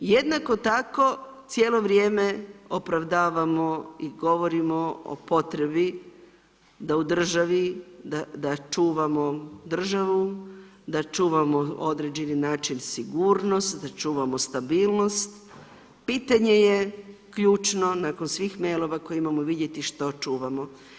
Jednako tako cijelo vrijeme opravdavamo i govorimo o potrebi da u državi, da čuvamo državu, da čuvamo određeni način sigurnost, da čuvamo stabilnost, pitanje je ključno nakon svih mailova koje imamo vidjeti što čuvamo.